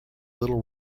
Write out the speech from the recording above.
little